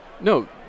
no